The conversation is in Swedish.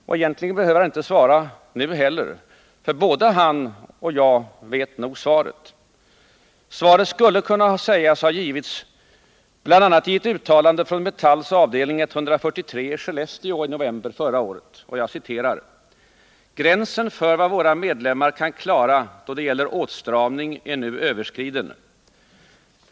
Och egentligen behöver han inte svara nu heller, för både han och jag vet nog svaret. Svaret skulle kunna sägas ha givits bl.a. i ett uttalande från Metalls avdelning 143 i Skellefteå i november förra året: ”Gränsen för vad våra medlemmar kan klara då det gäller åtstramning är nu överskriden.